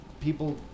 people